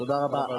תודה רבה.